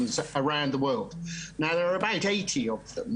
לפי עמודי התווך של העקרונות של סנטיאגו,